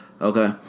okay